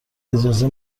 اجازه